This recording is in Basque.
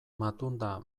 matunda